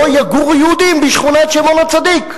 לא יגורו יהודים בשכונת שמעון-הצדיק,